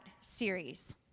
series